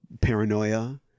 paranoia